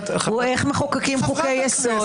הוא איך מחוקקים חוקי יסוד,